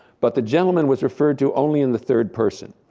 but the gentleman was referred to only in the third person.